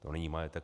To není majetek